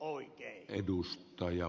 arvoisa puhemies